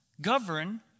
govern